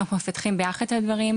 אנחנו פתחים ביחד את הדברים.